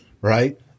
right